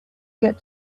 get